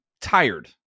tired